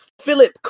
Philip